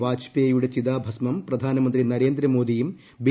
വാജ്പേയിയുടെ ചിതാഭസ്മം പ്രധാനമന്ത്രി നരേന്ദ്രമോദിയും ബി